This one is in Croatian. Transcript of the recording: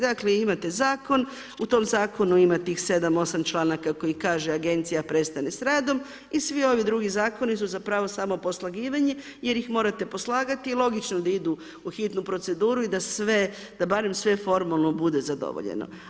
Dakle, imate zakon, u tom zakonu ima tih 7,8 članaka, koji kaže agencija prestaje s radom i svi ovi drugi zakoni su zapravo, samo poslagivanje, jer ih morate poslagati i logično da idu u hitnu proceduru i da barem sve formalno bude zadovoljeno.